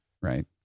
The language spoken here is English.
right